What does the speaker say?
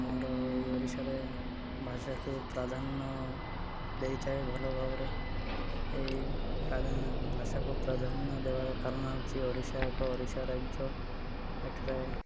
ଆମର ଏଇ ଓଡ଼ିଶାରେ ଭାଷାକୁ ପ୍ରାଧାନ୍ୟ ଦେଇଥାଏ ଭଲ ଭାବରେ ଏଇ ଭାଷାକୁ ପ୍ରାଧାନ୍ୟ ଦେବାର କାରଣ ହେଉଛି ଓଡ଼ିଶା ଏକ ଓଡ଼ିଶା ରାଜ୍ୟ ଏଠାରେ